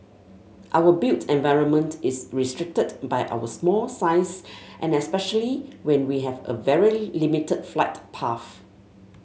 our built environment is restricted by our small size and especially when we have a very limited flight path